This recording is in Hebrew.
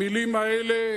המלים האלה,